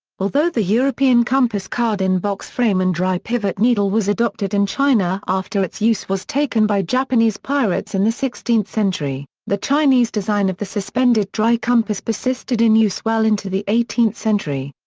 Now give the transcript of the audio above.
although the european compass-card in box frame and dry pivot needle was adopted in china after its use was taken by japanese pirates in the sixteenth century, the chinese design of the suspended dry compass persisted in use well into the eighteenth century.